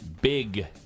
big